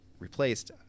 replaced